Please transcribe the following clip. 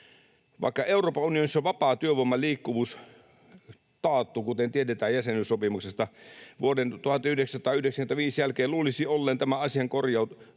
Euroopan unionissa on vapaa työvoiman liikkuvuus taattu, kuten tiedetään jäsenyyssopimuksesta. Vuoden 1995 jälkeen luulisi tämän asian jo korjautuneen,